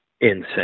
insane